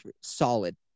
solid